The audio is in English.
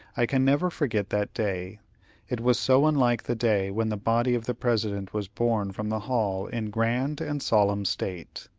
i can never forget that day it was so unlike the day when the body of the president was borne from the hall in grand and solemn state.